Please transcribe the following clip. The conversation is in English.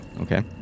Okay